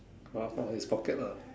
or from his pocket lah